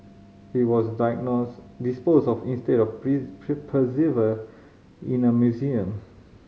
it was disposed of instead of preserved in a museum